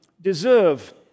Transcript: deserve